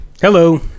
Hello